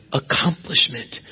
accomplishment